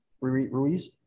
Ruiz